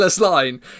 line